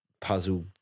puzzle